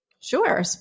Sure